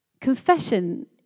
confession